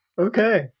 okay